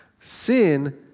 Sin